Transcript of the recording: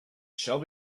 shall